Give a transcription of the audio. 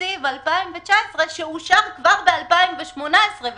תקציב 2019 שאושר כבר ב-2018.